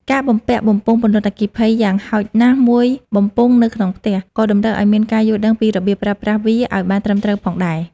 ការបំពាក់បំពង់ពន្លត់អគ្គីភ័យយ៉ាងហោចណាស់មួយបំពង់នៅក្នុងផ្ទះ ក៏តម្រូវឲ្យមានការយល់ដឹងពីរបៀបប្រើប្រាស់វាឱ្យបានត្រឹមត្រូវផងដែរ។